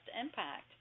impact